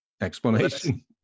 explanation